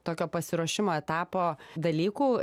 tokio pasiruošimo etapo dalykų